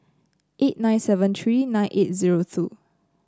eight nine seven three nine eight zero two